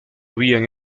habían